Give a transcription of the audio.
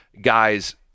guys